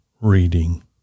reading